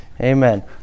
Amen